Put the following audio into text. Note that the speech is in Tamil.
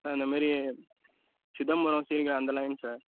இந்த மாதிரி சிதம்பரம் சீர்காழி அந்த லைன் சார்